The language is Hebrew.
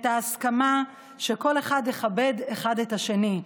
את ההסכמה שכל אחד יכבד את השני.